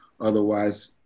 otherwise